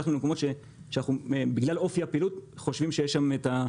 הלכנו למקומות שבגלל אופי הפעילות אנחנו חושבים שיש שם את החומרים.